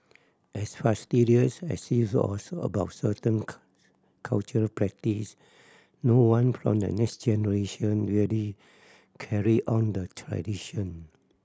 as fastidious as she was about certain cultural practice no one from the next generation really carried on the tradition